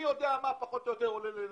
אני יודע כמה עולה לנשר,